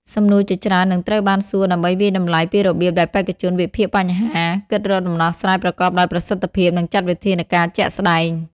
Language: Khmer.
សំណួរជាច្រើននឹងត្រូវបានសួរដើម្បីវាយតម្លៃពីរបៀបដែលបេក្ខជនវិភាគបញ្ហា គិតរកដំណោះស្រាយប្រកបដោយប្រសិទ្ធភាព និងចាត់វិធានការជាក់ស្តែង។